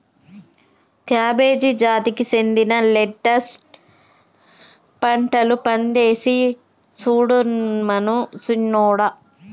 cabbage జాతికి సెందిన lettuce పంటలు పదేసి సుడమను సిన్నోడా